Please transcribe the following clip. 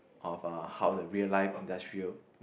of uh how the real life industrial